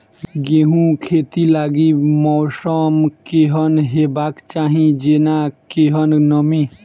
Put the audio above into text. गेंहूँ खेती लागि मौसम केहन हेबाक चाहि जेना केहन नमी?